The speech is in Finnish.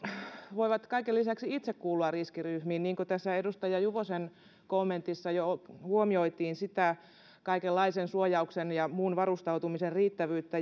voivat kaiken lisäksi itse kuulua riskiryhmiin niin kuin tässä edustaja juvosen kommentissa jo huomioitiin sitä kaikenlaisen suojauksen ja muun varustautumisen riittävyyttä